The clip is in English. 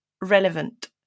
relevant